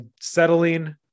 settling